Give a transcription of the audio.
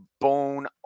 Bone